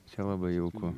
čia labai jauku